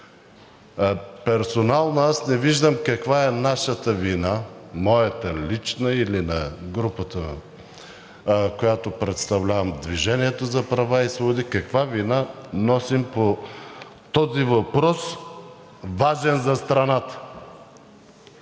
Персонално аз не виждам каква е нашата вина, моята лична или на групата, която представлявам – „Движение за права и свободи“, каква вина носим по този въпрос, важен за страната?